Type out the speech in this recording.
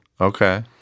Okay